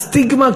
הסטיגמה,